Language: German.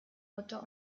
mutter